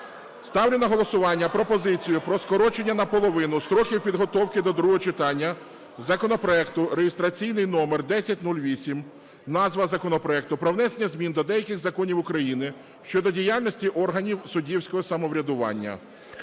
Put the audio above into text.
Ставлю на голосування пропозицію про скорочення наполовину строків підготовки до другого читання законопроекту (реєстраційний номер 1008). Назва законопроекту - про внесення змін до деяких законів України щодо діяльності органів суддівського самоврядування.